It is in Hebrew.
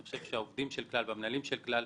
אני חושב שהעובדים של כלל והמנהלים של כלל